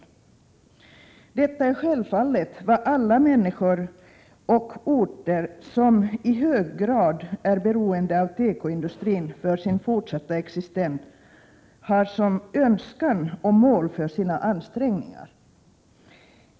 Detta är självfallet vad alla människor på orter som i hög grad är beroende av tekoindustrin för sin fortsatta existens har som önskan och mål för sina ansträngningar.